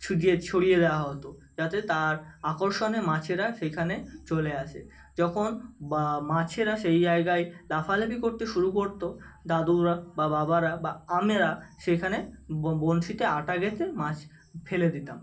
ছিটিয়ে ছড়িয়ে দেওয়া হতো যাতে তার আকর্ষণে মাছেরা সেইখানে চলে আসে যখন বা মাছেরা সেই জায়গায় লাফালাফি করতে শুরু করত দাদুরা বা বাবারা বা আমরা সেখানে ব বঁড়শিতে আটা গেঁথে মাছ ফেলে দিতাম